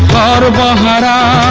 da da da da da